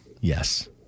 Yes